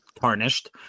tarnished